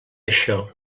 això